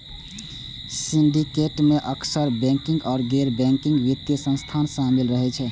syndicate मे अक्सर bank आ गैर बैंकिंग वित्तीय संस्था शामिल रहै छै